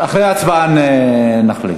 אחרי ההצבעה נחליט.